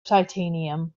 titanium